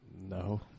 No